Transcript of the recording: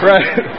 Right